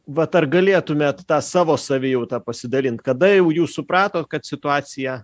vat ar galėtumėt ta savo savijauta pasidalint kada jau jūs suprato kad situaciją